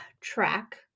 track